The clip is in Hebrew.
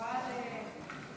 ובעיקר